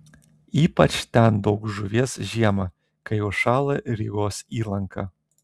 ypač ten daug žuvies žiemą kai užšąla rygos įlanka